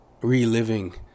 reliving